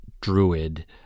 druid